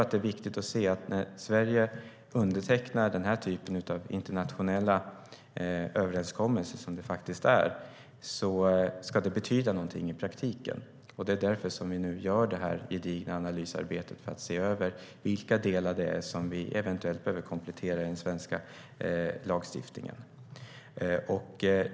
Det är dock viktigt att se att när Sverige undertecknar den typ av internationella överenskommelser som detta faktiskt är ska det betyda något i praktiken. Det är därför vi nu gör detta gedigna analysarbete, för att se över vilka delar vi eventuellt behöver komplettera i den svenska lagstiftningen.